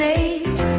age